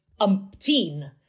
umpteen